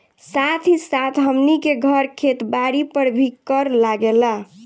साथ ही साथ हमनी के घर, खेत बारी पर भी कर लागेला